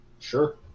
sure